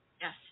Yes